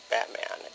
Batman